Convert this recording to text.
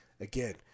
again